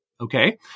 Okay